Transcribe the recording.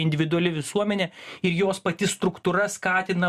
individuali visuomenė ir jos pati struktūra skatina